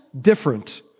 different